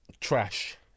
trash